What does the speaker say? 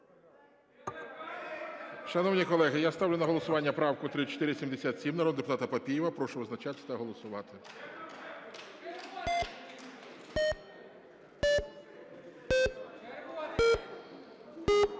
Шановні колеги, я ставлю на голосування правку 3477 народного депутата Папієва. Прошу визначатись та голосувати. 20:12:58